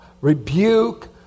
rebuke